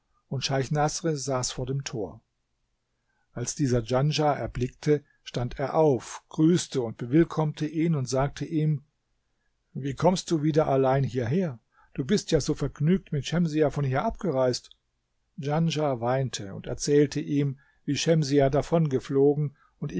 und scheich naßr saß vor dem tor als dieser djanschah erblickte stand er auf grüßte und bewillkommte ihn und sagte ihm wie kommst du wieder allein hierher du bist ja so vergnügt mit schemsiah von hier abgereist djanschah weinte und erzählte ihm wie schemsiah davongeflogen und